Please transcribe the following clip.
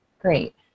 Great